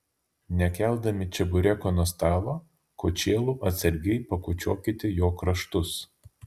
nekeldami čebureko nuo stalo kočėlu atsargiai pakočiokite jo kraštus